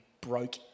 broke